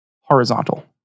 horizontal